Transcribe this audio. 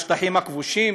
בשטחים הכבושים?